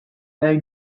nahi